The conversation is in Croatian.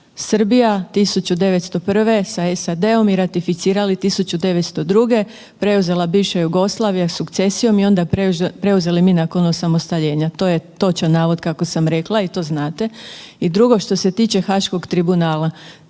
Srbija 1901. Sa SAD-om i ratificirali 1902., preuzela bivša Jugoslavija sukcesijom i onda preuzeli mi nakon osamostaljenja. To je točan navod kako sam rekla i to znate. I drugo, što se tiče Haškog tribunala,